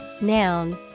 noun